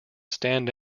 stand